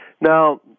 Now